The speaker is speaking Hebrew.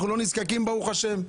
אנחנו לא נזקקים ברוך השם.